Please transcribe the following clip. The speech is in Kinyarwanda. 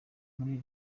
muri